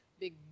big